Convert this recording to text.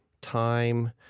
time